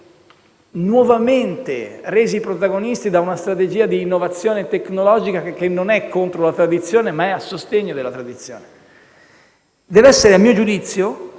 nuovamente resi protagonisti da una strategia di innovazione tecnologica che non è contro la tradizione, ma è a sostegno della tradizione. Deve essere, a mio giudizio,